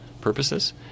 purposes